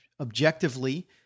objectively